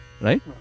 right